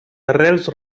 arrels